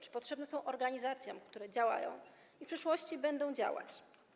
Czy potrzebne są organizacjom, które działają i w przyszłości będą działać?